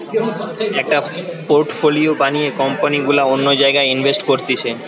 একটা পোর্টফোলিও বানিয়ে কোম্পানি গুলা অন্য জায়গায় ইনভেস্ট করতিছে